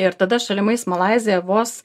ir tada šalimais malaizija vos